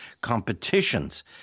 competitions